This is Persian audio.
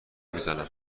میزنم